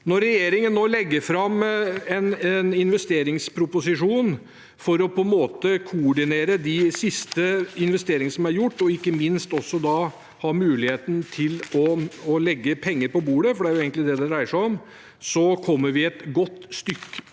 Når regjeringen nå legger fram en investeringsproposisjon for å koordinere de siste investeringene som er gjort, og ikke minst også for å ha muligheten til å legge penger på bordet, for det er